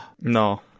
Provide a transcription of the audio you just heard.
No